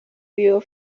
your